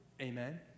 Amen